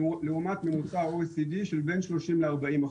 לעומת ממוצע ה-OECD של בין 30% ל-40%,